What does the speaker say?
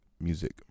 music